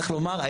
צריך לומר,